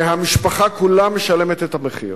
והמשפחה כולה משלמת את המחיר.